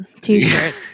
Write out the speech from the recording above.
t-shirt